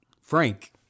frank